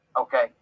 Okay